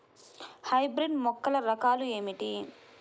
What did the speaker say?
Hybrid మొక్కల రకాలు ఏమిటీ?